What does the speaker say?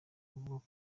buvuga